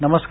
नमस्कार